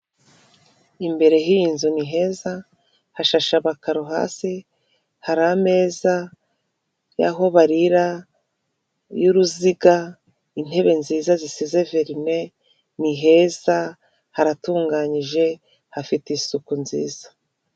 Imbere hiyi nzu ni heza, hashashe amakaro hasi, hari ameza yaho barira y'uruziga, intebe nziza zisize verne, ni heza haratunganyije hafite isuku nziza.